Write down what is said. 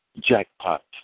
Jackpot